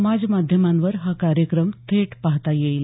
समाजमाध्यमांवर हा कार्यक्रम थेट पाहता येईल